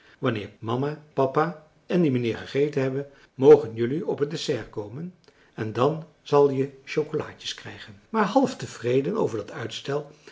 wanneer mama papa en die memarcellus emants een drietal novellen neer gegeten hebben mogen jelui op het dessert komen en dan zal je chocolaadjes krijgen maar half tevreden over dat uitstel